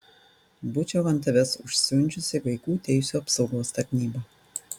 būčiau ant tavęs užsiundžiusi vaikų teisių apsaugos tarnybą